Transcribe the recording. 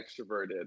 extroverted